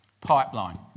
pipeline